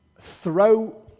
throw